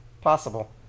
possible